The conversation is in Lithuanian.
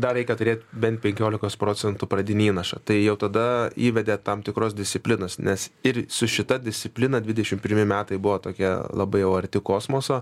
dar reikia turėt bent penkiolikos procentų pradinį įnašą tai jau tada įvedė tam tikros disciplinos nes ir su šita disciplina dvidešimt pirmi metai buvo tokia labai jau arti kosmoso